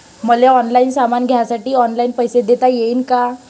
मले ऑनलाईन सामान घ्यासाठी ऑनलाईन पैसे देता येईन का?